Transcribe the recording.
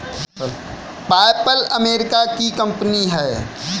PayPal America की कंपनी है